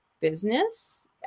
business